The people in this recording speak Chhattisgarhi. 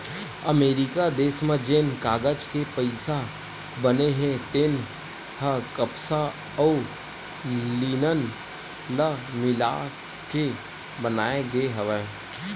अमरिका देस म जेन कागज के पइसा बने हे तेन ह कपसा अउ लिनन ल मिलाके बनाए गे हवय